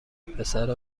پسر